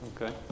okay